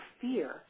fear